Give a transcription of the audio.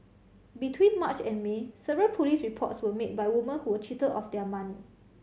between March and May several police reports were made by women who were cheated of their money